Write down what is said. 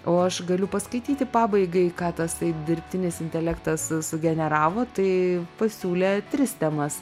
o aš galiu paskaityti pabaigai ką tasai dirbtinis intelektas sugeneravo tai pasiūlė tris temas